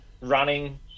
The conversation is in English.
running